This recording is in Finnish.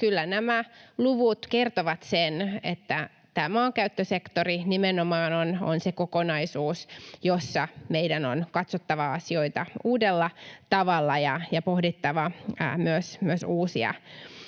Kyllä nämä luvut kertovat sen, että tämä maankäyttösektori on nimenomaan se kokonaisuus, jossa meidän on katsottava asioita uudella tavalla ja pohdittava myös uusia toimia